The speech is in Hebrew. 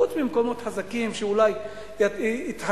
חוץ ממקומות חזקים שאולי יתחייבו,